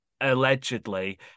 allegedly